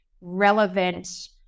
relevant